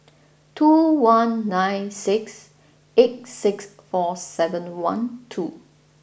two one nine six eight six four seven one two